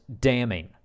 damning